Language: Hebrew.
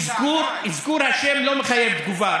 אזכור השם לא מחייב תגובה,